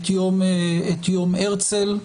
את יום הרצל,